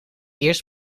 eerst